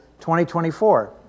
2024